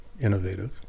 innovative